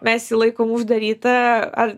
mes jį laikom uždarytą ar